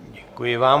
Děkuji vám.